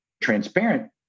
transparent